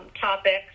topics